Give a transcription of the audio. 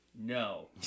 No